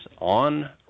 on